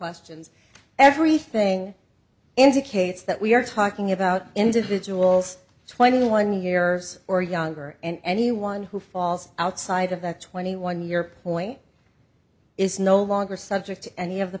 questions everything indicates that we are talking about individuals twenty one years or younger and anyone who falls outside of that twenty one year point is no longer subject to any of the